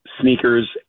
sneakers